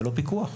ולא פיקוח.